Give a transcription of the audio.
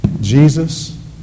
Jesus